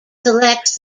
selects